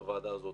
בוועדה הזאת,